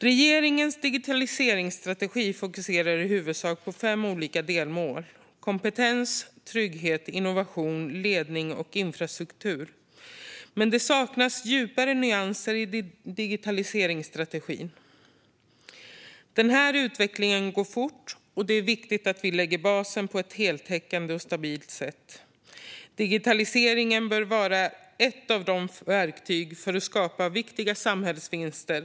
Regeringens digitaliseringsstrategi fokuserar i huvudsak på fem olika delmål: kompetens, trygghet, innovation, ledning och infrastruktur. Men digitaliseringsstrategin saknar djupare nyanser. Den här utvecklingen går fort, och det är viktigt att vi lägger basen på ett heltäckande och stabilt sätt. Digitaliseringen bör vara ett av verktygen för att skapa viktiga samhällsvinster.